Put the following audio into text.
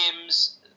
games